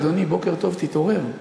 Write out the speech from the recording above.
אדוני, בוקר טוב, תתעורר,